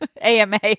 AMA